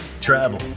travel